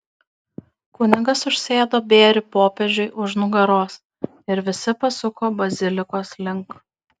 kunigas užsėdo bėrį popiežiui už nugaros ir visi pasuko bazilikos link